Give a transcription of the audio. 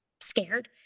scared